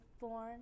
born